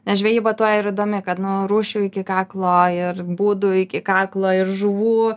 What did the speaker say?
nes žvejyba tuo ir įdomi kad nu rūšių iki kaklo ir būdų iki kaklo ir žuvų